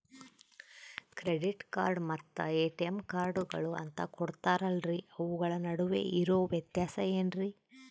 Credit card ಮತ್ತ ATM ಕಾರ್ಡುಗಳು ಅಂತಾ ಕೊಡುತ್ತಾರಲ್ರಿ ಅವುಗಳ ನಡುವೆ ಇರೋ ವ್ಯತ್ಯಾಸ ಏನ್ರಿ?